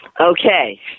Okay